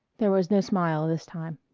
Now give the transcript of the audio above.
there was no smile this time.